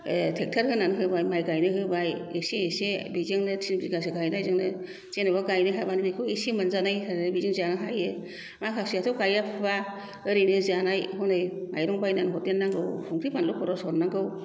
tractor होनानै होबाय बिदिनो एसे एसे बिजोंनो टिन बिगासो गायनायजोंनो जेनेबा जाबाय गायनो हाबानो बेखौ एसे मोनजानाय होननानै जानो हायो माखासेयाथ' गाया फुआ ओरैनो जानाय हनै माइरं बायनानै हरदेरनांगौ संख्रि फानलु खरस बायनानै हरनांगौ